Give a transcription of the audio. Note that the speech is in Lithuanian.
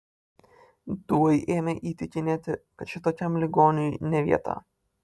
tuoj ėmė įtikinėti kad čia tokiam ligoniui ne vieta